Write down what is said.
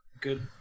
good